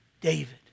David